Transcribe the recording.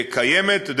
שקיימת,